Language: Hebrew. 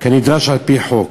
כנדרש על-פי חוק.